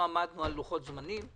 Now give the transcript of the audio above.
לוחות זמנים,